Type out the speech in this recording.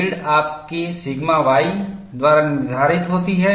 yield आपके sigma y द्वारा निर्धारित होती है